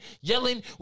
yelling